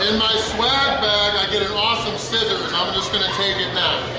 and my swag bag i get an awesome scissors i'm just going to take it now!